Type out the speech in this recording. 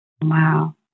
Wow